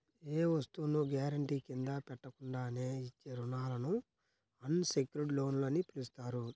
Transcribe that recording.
ఏ వస్తువును గ్యారెంటీ కింద పెట్టకుండానే ఇచ్చే రుణాలను అన్ సెక్యుర్డ్ లోన్లు అని పిలుస్తారు